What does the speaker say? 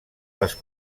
les